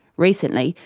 recently,